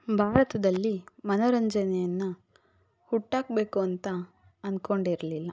ಭಾರತದಲ್ಲಿ ಮನೋರಂಜನೆಯನ್ನು ಹುಟ್ಟಾಕ್ಬೇಕು ಅಂತ ಅನ್ಕೊಂಡಿರ್ಲಿಲ್ಲ